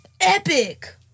epic